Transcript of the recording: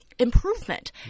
improvement